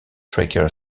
tracker